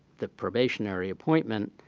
the probationary appointment,